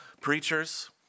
preachers